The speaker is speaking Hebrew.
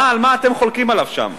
על מה אתם חולקים עליו שם?